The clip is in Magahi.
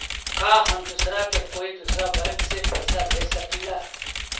का हम दूसरा के कोई दुसरा बैंक से पैसा भेज सकिला?